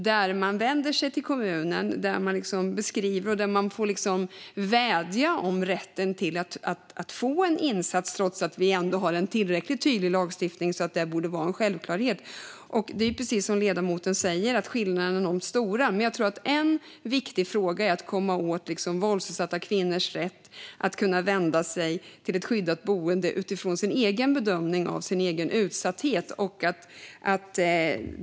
De vänder sig till kommunen och får vädja om rätten till en insats, trots att det finns en tillräckligt tydlig lagstiftning så att det borde vara en självklarhet. Precis som ledamoten säger är skillnaderna enormt stora. En viktig fråga att komma åt är våldsutsatta kvinnors rätt att vända sig till ett skyddat boende utifrån deras egen bedömning av sin utsatthet.